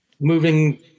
Moving